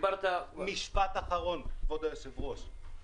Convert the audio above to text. משפט אחרון, כבוד היושב-ראש.